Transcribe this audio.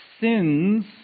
sins